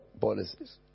policies